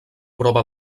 prova